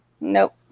Nope